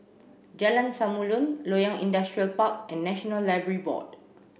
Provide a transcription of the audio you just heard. Jalan Samulun Loyang Industrial Park and National Library Board